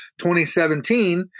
2017